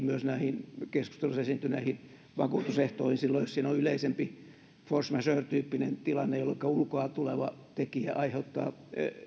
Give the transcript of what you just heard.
myös joihinkin näihin keskustelussa esiintyneisiin vakuutusehtoihin silloin jos siinä on yleisempi force majeure tyyppinen tilanne jolloinka ulkoa tuleva tekijä aiheuttaa